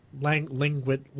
language